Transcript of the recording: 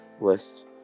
list